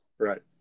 Right